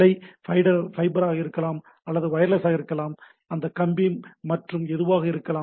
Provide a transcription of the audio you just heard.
இது ஃபைபராக இருக்கலாம் அது வயர்லெஸாக இருக்கலாம் அவை கம்பி மற்றும் எதுவாகவும் இருக்கலாம்